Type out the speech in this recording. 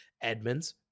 Edmonds